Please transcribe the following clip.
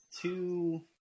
two